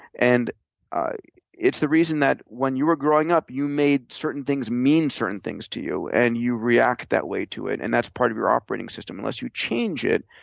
and it's the reason that when you were growing up, you made certain things mean certain things to you, and you react that way to it. and that's part of your operating system. unless you change it,